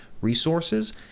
resources